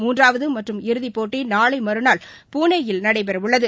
மூன்றாவது மற்றும் இறுதி போட்டி நாளை மறுநாள் புனேயில் நடைபெற உள்ளது